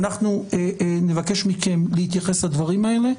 ואנחנו נבקש מכם להתייחס לדברים האלה.